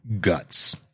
guts